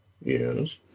Yes